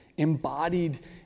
embodied